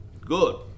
Good